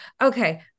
Okay